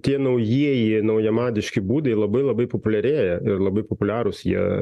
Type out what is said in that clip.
tie naujieji naujamadiški būdai labai labai populiarėja ir labai populiarūs jie